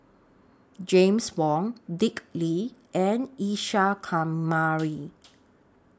James Wong Dick Lee and Isa Kamari